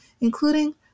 including